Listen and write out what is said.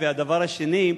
והדבר השני,